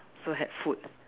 so had food